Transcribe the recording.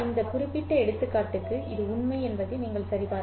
இந்த குறிப்பிட்ட எடுத்துக்காட்டுக்கு இது உண்மை என்பதை நீங்கள் சரிபார்க்கலாம்